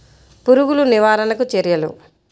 పురుగులు నివారణకు చర్యలు?